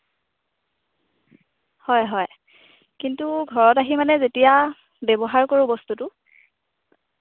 হয় হয় কিন্তু ঘৰত আহি মানে যেতিয়া ব্যৱহাৰ কৰোঁ বস্তুটো